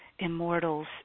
immortals